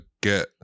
get